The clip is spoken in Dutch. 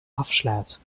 afslaat